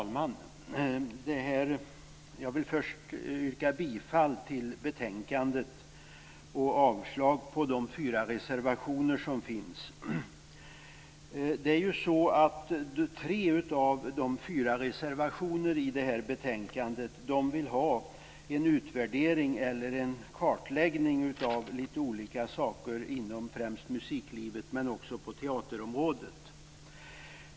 Fru talman! Jag vill först yrka bifall till utskottets hemställan i betänkandet, och avslag på de fyra reservationer som finns. I tre av dessa fyra reservationer vill man ha en utvärdering eller en kartläggning av litet olika saker inom främst musiklivet, men också på teaterområdet.